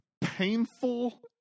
painful